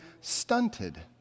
stunted